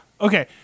okay